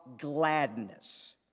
gladness